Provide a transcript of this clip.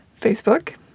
Facebook